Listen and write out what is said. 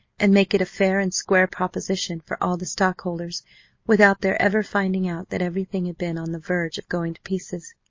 and make it a fair and square proposition for all the stockholders without their ever finding out that everything had been on the verge of going to pieces.